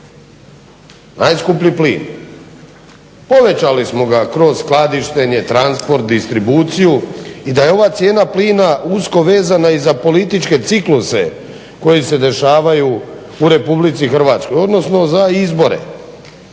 najskuplji plin. Povećali smo ga kroz skladištenje, transport, distribuciju i da je ova cijena plina usko vezana i za političke cikluse koji se dešavaju u Republici Hrvatskoj, odnosno za izbore.